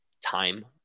time